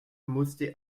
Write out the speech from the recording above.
musste